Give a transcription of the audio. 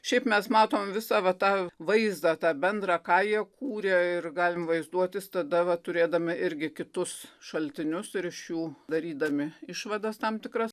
šiaip mes matom visą tą vaizdą tą bendrą ką jie kūrė ir galim vaizduotis tada va turėdami irgi kitus šaltinius ir iš jų darydami išvadas tam tikras